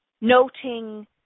noting